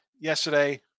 Yesterday